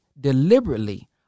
deliberately